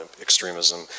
extremism